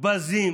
בזים